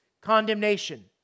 condemnation